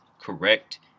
correct